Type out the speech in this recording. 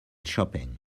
shopping